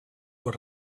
what